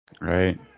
Right